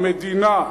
המדינה,